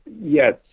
yes